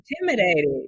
intimidated